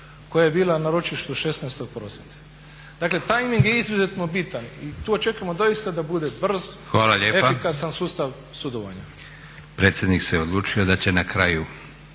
koja je bila na ročištu 16.prosinca. dakle tajming je izuzetno bitan i tu očekujemo doista da bude brz, efikasan sustav sudovanja.